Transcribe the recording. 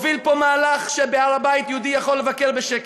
שהוא הוביל פה מהלך שבהר-הבית יהודי יכול לבקר בשקט.